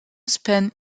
spent